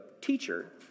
teacher